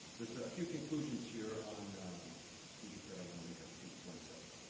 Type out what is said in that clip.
there's a few conclusions here on egypt that i wanna make a few points of.